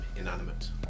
inanimate